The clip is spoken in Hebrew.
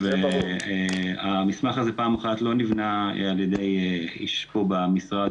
המסמך הזה לא נבנה על-ידי איש פה במשרד,